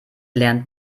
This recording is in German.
lernt